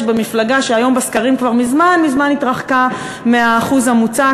במפלגה שהיום בסקרים כבר מזמן מזמן התרחקה מהאחוז המוצע,